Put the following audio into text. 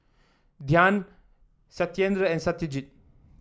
Dhyan Satyendra and Satyajit